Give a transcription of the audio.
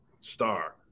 star